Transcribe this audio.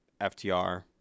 FTR